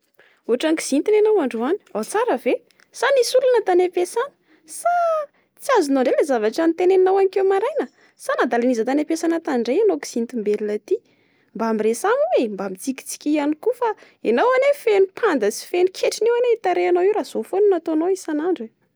Ôtran'ny kizitina enao androany. Ao tsara ve? Sa misy olana tany ampiasana? Sa tsy azonao indray ilay zavatra noteneninao aninkeo maraina? Sa nadalain'iza tany ampiasana tany indray enao kizitim-belona ity. Mba miresaha mo e! Mba mitsikitsikia ihany koa fa enao anie- feno panda sy feno ketrona eo anie io tarehinao io raha zao foana no ataonao isan'andro.